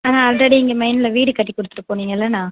அண்ணா already இங்கே மெய்ன்ல வீடு கட்டி கொடுத்துட்டு போனீங்கல்லண்ணா